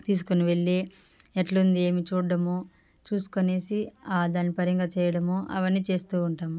తీసుకొని వెళ్ళి ఎట్లుంది ఏమి చూడ్డము చూసుకొనేసి ఆ దాని పరింగ చేయడము అవన్నీ చేస్తూ ఉంటాము